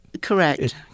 Correct